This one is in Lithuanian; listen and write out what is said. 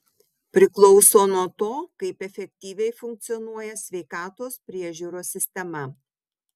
priklauso nuo to kaip efektyviai funkcionuoja sveikatos priežiūros sistema